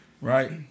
right